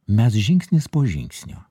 mes žingsnis po žingsnio